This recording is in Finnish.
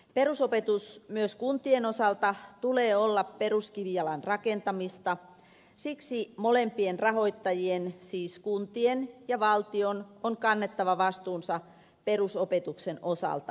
perusopetuksen myös kuntien osalta tulee olla peruskivijalan rakentamista siksi molempien rahoittajien siis kuntien ja valtion on kannettava vastuunsa perusopetuksen osalta